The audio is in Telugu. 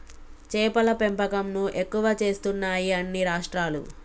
చేపల పెంపకం ను ఎక్కువ చేస్తున్నాయి అన్ని రాష్ట్రాలు